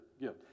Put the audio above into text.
gift